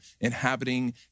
inhabiting